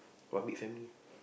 one big family ah